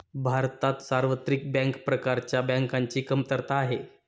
भारतात सार्वत्रिक बँक प्रकारच्या बँकांची कमतरता आहे